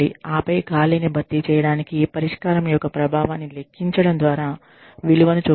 ఆపై ఖాళీని భర్తీ చేయడానికి పరిష్కారం యొక్క ప్రభావాన్ని లెక్కించడం ద్వారా విలువను చూపండి